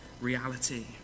reality